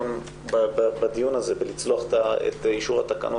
ואיך זה יכול לבלבל אותם ולגרום לנזק.